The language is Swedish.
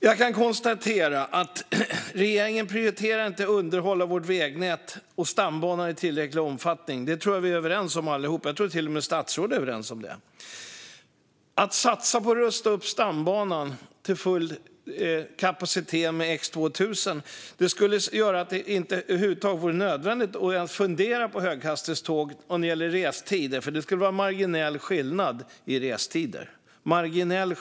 Jag kan konstatera att regeringen inte prioriterar att underhålla vårt vägnät och stambanan i tillräcklig omfattning. Det tror jag att vi alla är överens om; jag tror att till och med statsrådet håller med om det. En satsning på att rusta upp stambanan till full kapacitet med X 2000 skulle göra att det över huvud taget inte vore nödvändigt att ens fundera på höghastighetståg vad gäller restid, för skillnaden i restid skulle vara marginell.